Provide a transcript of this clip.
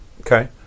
Okay